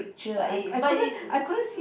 but it but it